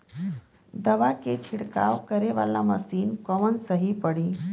दवा के छिड़काव करे वाला मशीन कवन सही पड़ी?